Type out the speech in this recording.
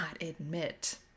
admit